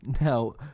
now